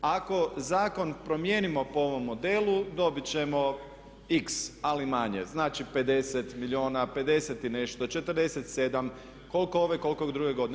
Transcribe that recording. Ako zakon promijenimo po ovom modelu dobiti ćemo X ali manje, znači 50 milijuna, 50 i nešto, 47, koliko ove, koliko druge godine.